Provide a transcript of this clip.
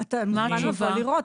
אתה מוזמן לבוא לראות.